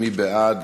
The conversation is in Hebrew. מי בעד?